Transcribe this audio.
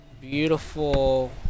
beautiful